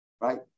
right